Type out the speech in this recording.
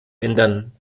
ändern